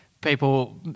People